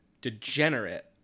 degenerate